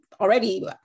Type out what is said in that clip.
already